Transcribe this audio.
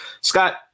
Scott